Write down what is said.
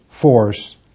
force